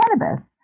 cannabis